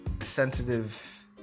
sensitive